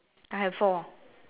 I have four